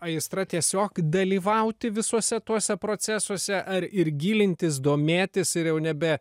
aistra tiesiog dalyvauti visuose tuose procesuose ar ir gilintis domėtis ir jau nebe